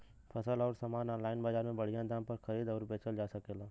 फसल अउर सामान आनलाइन बजार में बढ़िया दाम पर खरीद अउर बेचल जा सकेला